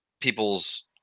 people's